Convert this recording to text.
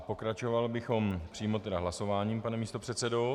Pokračovali bychom přímo hlasováním, pane místopředsedo.